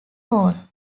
hall